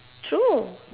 true